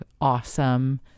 awesome